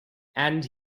and